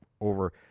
over